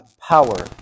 power